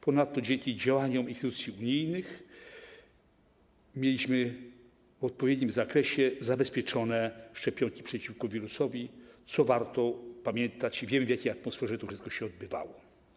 Ponadto dzięki działaniom instytucji unijnych mieliśmy w odpowiednim zakresie zapewnione szczepionki przeciwko wirusowi, o czym warto pamiętać, i wiemy w jakiej atmosferze to wszystko się odbywało.